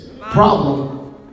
problem